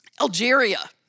Algeria